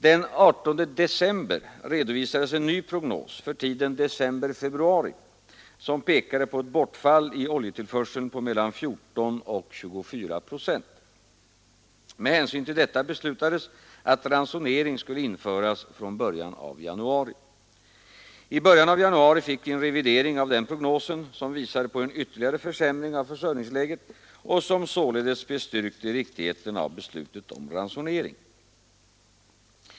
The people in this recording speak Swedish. Den 18 december redovisades en ny prognos för tiden december— februari, som pekade på ett bortfall i oljetillförseln på mellan 14 och 24 procent. Med hänsyn till detta beslutades att ransonering skulle införas från början av januari. I början av januari fick vi en revidering av denna prognos som visade på en ytterligare försämring av försörjningsläget och som således bestyrkte riktigheten av beslutet om ransonering.